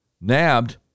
nabbed